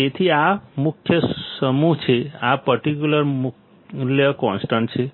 તેથી આ મુખ્ય સમૂહ છે આ પર્ટિક્યુલર મૂલ્ય કોન્સ્ટન્ટ છે